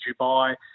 Dubai